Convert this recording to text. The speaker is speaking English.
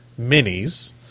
Minis